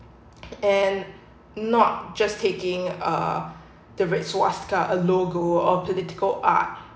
and not just taking uh the red swastika a logo of political art